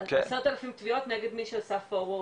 על עשרות אלפים תביעות נגד מי שעשה פורוורד.